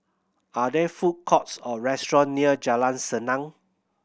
are there food courts or restaurant near Jalan Senang